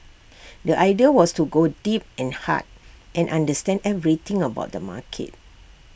the idea was to go deep and hard and understand everything about the market